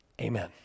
Amen